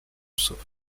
psów